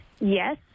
yes